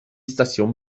stasiun